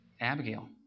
Abigail